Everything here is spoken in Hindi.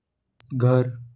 घर